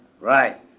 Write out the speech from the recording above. Right